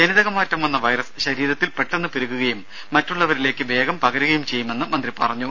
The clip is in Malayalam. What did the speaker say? ജനിതകമാറ്റം വന്ന വൈറസ് ശരീരത്തിൽ പെട്ടെന്ന് പെരുകുകയും മറ്റുള്ളവരിലേക്ക് വേഗം പകരുകയും ചെയ്യുമെന്ന് മന്ത്രി പറഞ്ഞു